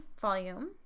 volume